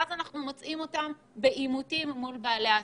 ואנחנו מוצאים אותם בעימותים מול בעלי העסקים.